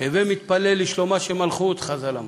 "הווי מתפלל בשלומה של מלכות", חז"ל אמרו,